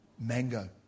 Mango